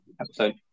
episode